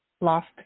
lost